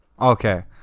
Okay